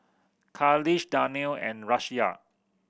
Khalish Danial and Raisya